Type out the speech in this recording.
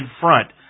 front